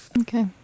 okay